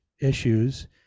issues